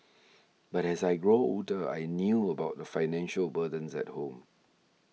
but as I grew older I knew about the financial burdens at home